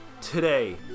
Today